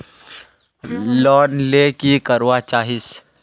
Loan ले की करवा चाहीस?